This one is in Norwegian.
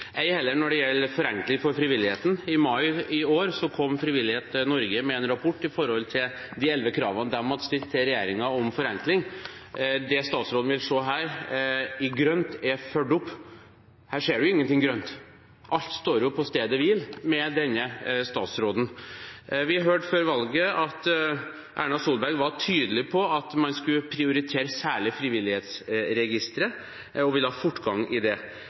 ei heller når det gjelder forenkling for frivilligheten. I mai i år kom Frivillighet Norge med en rapport om de elleve kravene de hadde stilt til regjeringen om forenkling. Det statsråden vil se her – i grønt – er fulgt opp. Her ser man ingenting grønt, alt står jo på stedet hvil med denne statsråden. Vi hørte før valget at Erna Solberg var tydelig på at man skulle prioritere særlig frivillighetsregisteret, og ville ha fortgang i det.